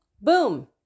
boom